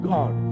God